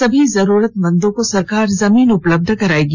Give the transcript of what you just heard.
सभी जरूरतमंदों को सरकार जमीन उपलब्ध कराएगी